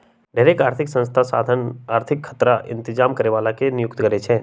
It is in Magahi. ढेरेक आर्थिक संस्था साधन आर्थिक खतरा इतजाम करे बला के नियुक्ति करै छै